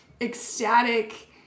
ecstatic